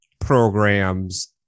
programs